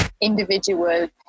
individual